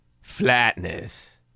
Flatness